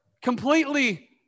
completely